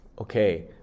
Okay